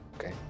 Okay